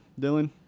Dylan